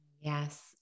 Yes